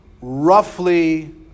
roughly